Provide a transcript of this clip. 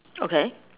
okay